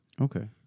Okay